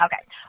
Okay